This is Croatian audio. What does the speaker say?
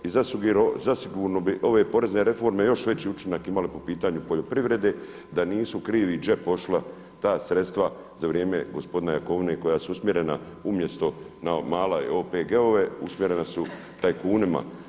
I zasigurno bi ove porezne reforme još veći učinak imale po pitanju poljoprivrede da nisu u krivi džep otišla ta sredstva za vrijeme gospodina Jakovine koja su usmjerena, umjesto na male OPG-ove usmjerena su tajkunima.